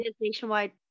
nationwide